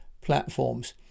platforms